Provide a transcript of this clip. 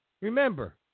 Remember